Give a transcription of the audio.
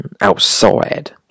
outside